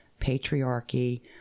patriarchy